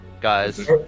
guys